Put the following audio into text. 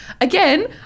Again